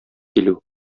килү